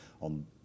on